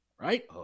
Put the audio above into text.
Right